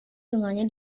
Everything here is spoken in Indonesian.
dengannya